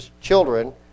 children